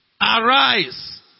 Arise